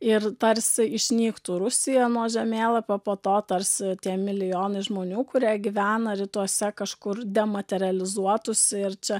ir tarsi išnyktų rusija nuo žemėlapio po to tarsi tie milijonai žmonių kurie gyvena rytuose kažkur dematerializuotųsi ir čia